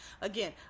Again